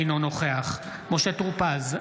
אינו נוכח משה טור פז,